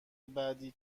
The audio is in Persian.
بعدی